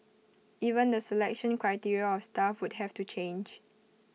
even the selection criteria of staff would have to change